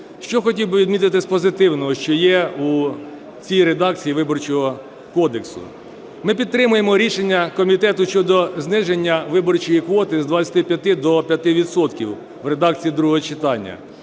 Що хотів би відмітити з позитивного, що є у цій редакції Виборчого кодексу. Ми підтримуємо рішення комітету щодо зниження виборчої квоти з 25 до 5 відсотків в редакції другого читання.